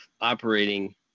operating